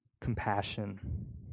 compassion